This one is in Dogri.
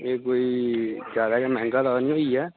एह् कोई जादै गै मैंह्गा तां निं होई गेआ